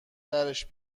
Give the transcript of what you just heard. درش